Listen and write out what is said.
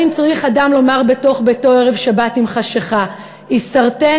צריך אדם לומר בתוך ביתו ערב שבת עם חשכה: עישרתן,